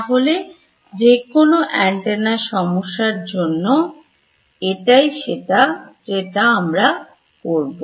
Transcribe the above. তাহলে যে কোন antenna এর সমস্যার জন্য এটাই সেটা যেটা আমরা করব